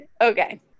Okay